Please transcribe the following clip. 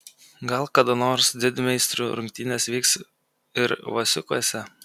gal kada nors didmeistrių rungtynės vyks ir vasiukuose